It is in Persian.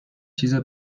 چیزی